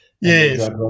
Yes